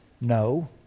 No